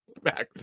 back